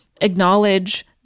acknowledge